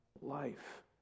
life